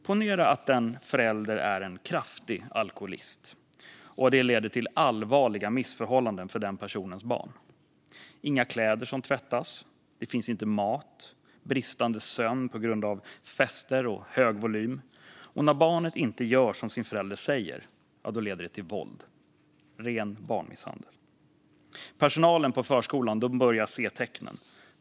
Ponera att en förälder är kraftigt alkoholiserad och att detta leder till allvarliga missförhållanden för den personens barn. Inga kläder tvättas, det finns inte mat, sömnen blir bristande på grund av fester och hög volym. Och när barnet inte gör som föräldern säger leder det till våld, ren barnmisshandel. Personalen på förskolan börjar se tecknen.